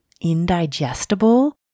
indigestible